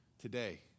today